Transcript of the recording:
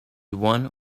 one